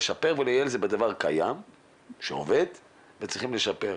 לשפר ולייעל זה בדבר קיים שעובד וצריכים לשפר.